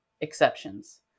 exceptions